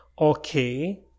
okay